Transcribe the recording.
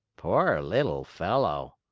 poor little fellow!